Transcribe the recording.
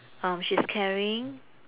oh she's carrying